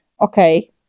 okay